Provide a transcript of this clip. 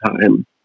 time